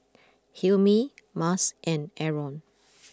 Hilmi Mas and Aaron